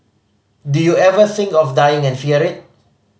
do you ever think of dying and fear it